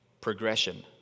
progression